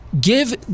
give